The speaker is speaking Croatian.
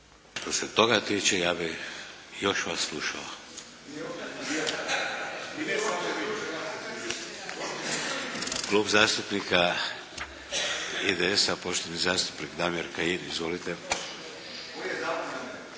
Što se toga tiče ja bih još vas slušao. Klub zastupnika IDS-a, poštovani zastupnik Damir Kajin. Izvolite.